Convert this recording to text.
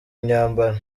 imyambaro